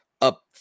up